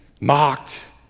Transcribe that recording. mocked